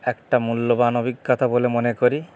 একটা মূল্যবান অভিজ্ঞতা বলে মনে করি